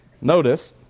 Notice